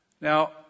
Now